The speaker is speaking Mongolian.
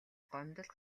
гомдол